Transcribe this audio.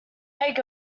take